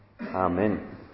Amen